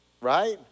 Right